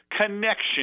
connection